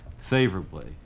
favorably